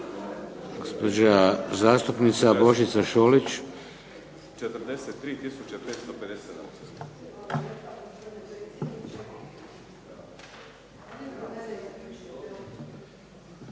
Gospođa zastupnica Božica Šolić.